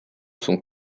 sont